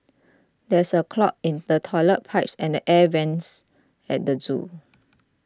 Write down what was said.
there is a clog in the Toilet Pipe and Air Vents at the zoo